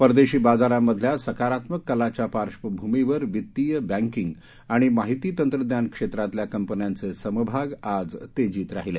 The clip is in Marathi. परदेशी बाजारांमधल्या सकारात्मक कलाच्या पार्श्वभूमीवर वित्तीय बँकिग आणि माहिती तंत्रज्ञान क्षेत्रातल्या कंपन्यांचे समभाग आज तेजीत राहिले